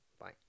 bye